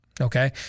Okay